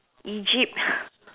Egypt